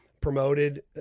promoted